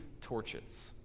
torches